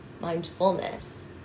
mindfulness